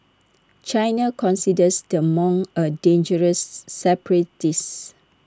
China considers the monk A dangerous separatist